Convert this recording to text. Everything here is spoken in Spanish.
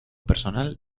personal